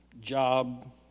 job